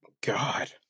God